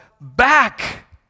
back